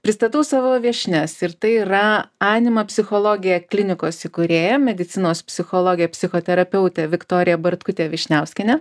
pristatau savo viešnias ir tai yra anima psichologija klinikos įkūrėja medicinos psichologė psichoterapeutė viktorija bartkutė vyšniauskienė